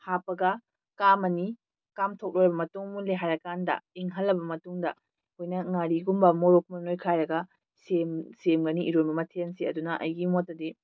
ꯍꯥꯞꯄꯒ ꯀꯥꯝꯃꯅꯤ ꯀꯥꯞꯊꯣꯛꯂꯕ ꯃꯇꯨꯡ ꯃꯨꯜꯂꯦ ꯍꯥꯏꯔ ꯀꯥꯟꯗ ꯏꯪꯍꯜꯂꯕ ꯃꯇꯨꯡꯗ ꯑꯩꯈꯣꯏꯅ ꯉꯥꯔꯤꯒꯨꯝꯕ ꯃꯣꯔꯣꯛꯀ ꯅꯣꯏꯈꯥꯏꯔꯒ ꯁꯦꯝꯒꯅꯤ ꯏꯔꯣꯟꯕ ꯃꯊꯦꯜꯁꯦ ꯑꯗꯨꯅ ꯑꯩꯒꯤ ꯃꯣꯠꯇꯗꯤ